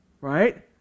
right